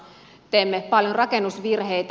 teemme paljon rakennusvirheitä